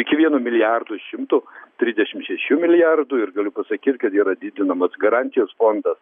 iki vieno milijardo šimto trisdešimt šešių milijardų ir galiu pasakyt kad yra didinamas garantijos fondas